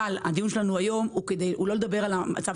אבל הדיון שלנו היום הוא לא כדי לדבר על המצב